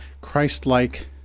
Christ-like